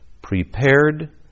prepared